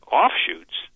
offshoots